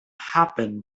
happen